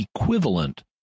equivalent